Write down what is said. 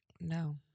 no